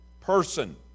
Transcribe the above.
person